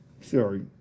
sorry